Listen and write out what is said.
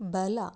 ಬಲ